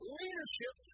leadership